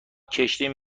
کشتیم